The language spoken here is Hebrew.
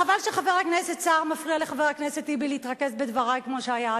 חבל שחבר הכנסת סער מפריע לחבר הכנסת טיבי להתרכז בדברי כמו שהיה,